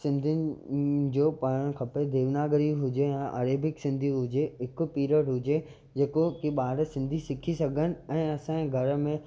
सिंधियुनि जो पढ़णु खपे देवनागरी हुजे या अरेबिक सिंधी हुजे हिकु पीरियड हुजे जेको की ॿार सिंधी सिखी सघनि ऐं असांजे घर में